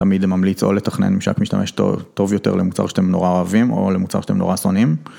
...ממליץ או לתכנן משק משתמש טוב יותר למוצר שאתם נורא אוהבים או למוצר שאתם נורא שונאים.